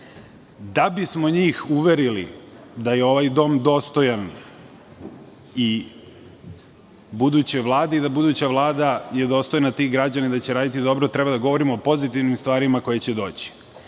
bismo ih uverili da je ovaj dom dostojan i buduće Vlade, da je buduća Vlada dostojna tih građana i da će raditi dobro treba da govorimo o pozitivnim stvarima koje će doći.